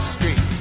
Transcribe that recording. Street